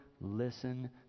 listen